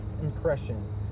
impression